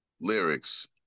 lyrics